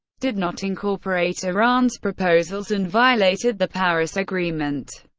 did not incorporate iran's proposals, and violated the paris agreement.